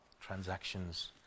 transactions